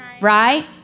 right